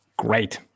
Great